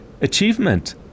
achievement